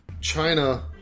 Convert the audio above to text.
China